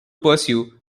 pursue